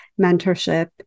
mentorship